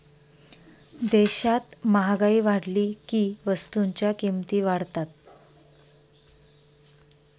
देशात महागाई वाढली की वस्तूंच्या किमती वाढतात